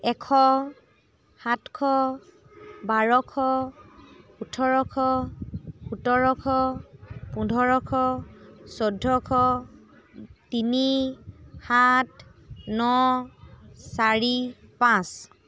এশ সাতশ বাৰশ ওঁঠৰশ সোতৰশ পোন্ধৰশ চৈধ্যশ তিনি সাত ন চাৰি পাঁচ